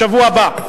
בשבוע הבא.